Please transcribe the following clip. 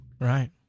Right